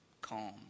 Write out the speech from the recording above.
calm